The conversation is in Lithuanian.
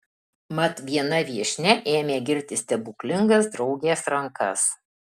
mat viena viešnia ėmė girti stebuklingas draugės rankas